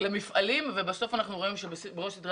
ולמפעלים ובסוף אנחנו רואים שבראש סדרי